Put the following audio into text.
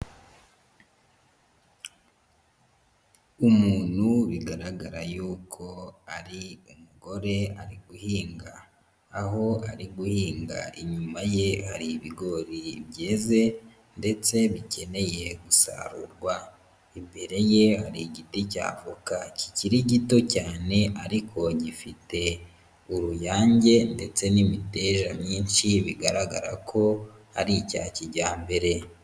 Umuntu bigaragara y'uko ari umugore, ari guhinga; aho ari guhinga, inyuma ye hari ibigori byeze ndetse bikeneye gusarurwa, imbere ye hari igiti cy' avoka kikiri gito cyane, ariko gifite uruyange, ndetse n'imiteja myinshi, bigaragara ko ari icya kijyambere.